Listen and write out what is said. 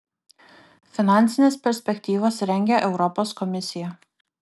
finansines perspektyvas rengia europos komisija